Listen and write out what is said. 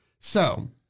So-